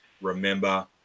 Remember